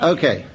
Okay